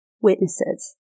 witnesses